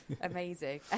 amazing